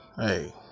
Hey